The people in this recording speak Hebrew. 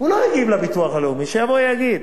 שיבוא ויגיד.